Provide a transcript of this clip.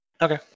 Okay